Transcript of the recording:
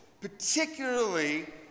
particularly